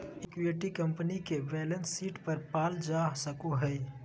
equity company के balance sheet पर पाल जा सको हइ